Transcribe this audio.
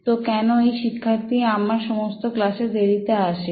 তো কেন এই শিক্ষার্থী আমার সমস্ত ক্লাসে দেরিতে আসে